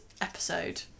episode